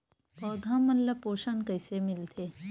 पौधा मन ला पोषण कइसे मिलथे?